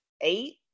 eight